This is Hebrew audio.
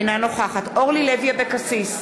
אינה נוכחת אורלי לוי אבקסיס,